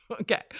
Okay